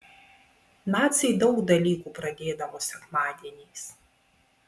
naciai daug dalykų pradėdavo sekmadieniais